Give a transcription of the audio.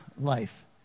life